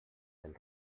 del